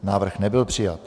Návrh nebyl přijat.